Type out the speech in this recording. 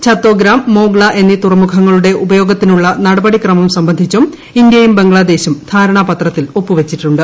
ഛത്തോഗ്രാംമോഗ്ള എന്നീ തുറമുഖങ്ങളുടെ ഉപയോഗത്തിനുള്ള നടപടി ക്രമം സംബന്ധിച്ചും ഇന്ത്യയും ബംഗ്ലാദേശും ധാരണാ പത്രത്തിൽ ഒപ്പുവച്ചിട്ടുണ്ട്